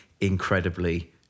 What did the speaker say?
incredibly